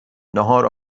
ناهار